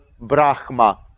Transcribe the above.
Brahma